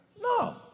No